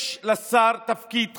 יש לשר תפקיד חשוב.